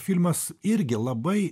filmas irgi labai